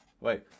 Wait